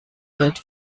geld